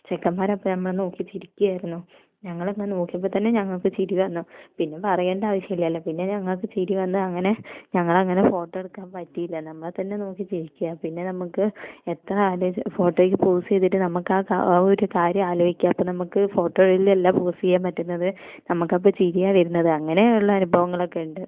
ചെക്കന്മാർ അപ്പം നമ്മളെ നോക്കി ചിരിക്കുകയായിരുന്നു ഞങ്ങളെ അങ്ങ് നോക്കിയപ്പോൾത്തന്നെ ഞങ്ങൾക്ക് ചിരി വന്നു പിന്നെ പറയേണ്ട ആവശ്യമില്ലല്ലോ പിന്നെ ഞങ്ങൾക്ക് ചിരി വന്ന് അങ്ങനെ ഞങ്ങൾ അങ്ങനെ ഫോട്ടോ എടുക്കാൻ പറ്റിയില്ല നമ്മളെ തന്നെ നോക്കി ചിരിക്കുക പിന്നെ നമുക്ക് എത്ര ആലോചിച്ചും ഫോട്ടോക്ക് പോസ് ചെയ്തിട്ടും നമുക്ക് ആ കാ ആ ഒരു കാര്യം ആലോചിയ്ക്കുക അപ്പം നമുക്ക് ഫോട്ടോയിലല്ല പോസ് ചെയ്യാൻ പറ്റുന്നത് നമുക്കപ്പോൾ ചിരിയാണ് വരുന്നത് അങ്ങനെയുള്ള അനുഭവങ്ങളൊക്കെ ഉണ്ട്